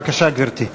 בבקשה, גברתי.